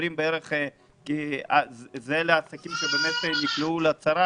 זה לעסקים שבאמת נקלעו לצרה